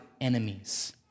enemies